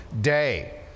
day